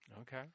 Okay